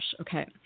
okay